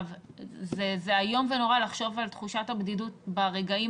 זה איום ונורא לחשוב על תחושת הבדידות ברגעים